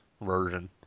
version